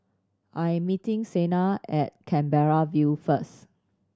I am meeting Sienna at Canberra View first